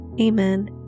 Amen